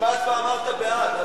כמעט ואמרת "בעד".